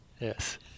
Yes